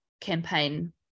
campaign